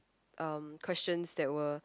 um questions that were